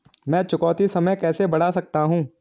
मैं चुकौती समय कैसे बढ़ा सकता हूं?